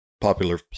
popular